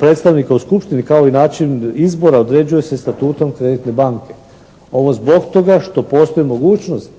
predstavnika u skupštini kao i način izbora određuje se statutom kreditne banke. Ovo zbog toga što postoji mogućnost